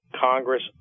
Congress